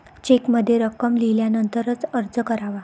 चेकमध्ये रक्कम लिहिल्यानंतरच अर्ज करावा